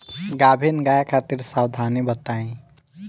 गाभिन गाय खातिर सावधानी बताई?